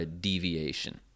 deviation